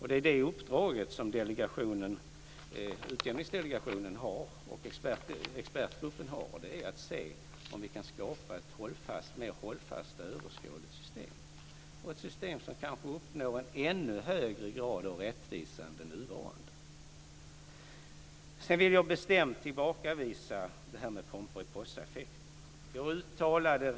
Uppdraget för Utjämningsdelegationen och den tillsatta expertgruppen är just att se om vi kan skapa ett mer hållfast och överskådligt system, ett system som kanske uppnår en ännu högre grad av rättvisa än det nuvarande. Sedan vill jag bestämt tillbakavisa detta med Pomperipossaeffekt.